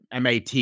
MAT